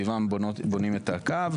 ששוקל איך הוא מצמצם את כריתת העצים.